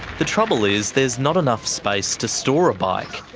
the trouble is there's not enough space to store a bike,